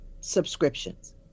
subscriptions